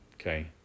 Okay